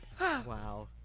Wow